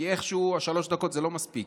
כי איכשהו שלוש הדקות זה לא מספיק.